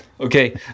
Okay